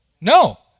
No